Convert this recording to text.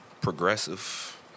Progressive